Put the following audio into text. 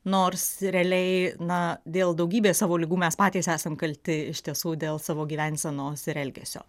nors realiai na dėl daugybės savo ligų mes patys esam kalti iš tiesų dėl savo gyvensenos ir elgesio